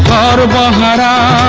da da da da